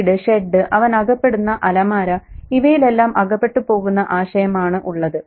വീട് ഷെഡ് അവൻ അകപ്പെടുന്ന അലമാര ഇവയിലെല്ലാം അകപ്പെട്ടു പോകുന്ന ആശയമാണ് ഉള്ളത്